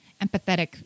empathetic